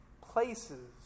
places